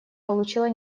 получила